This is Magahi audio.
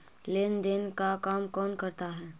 लेन देन का काम कौन करता है?